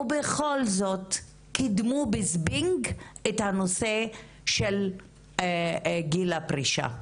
ובכל זאת קידמו בזבנג את הנושא של גיל הפרישה,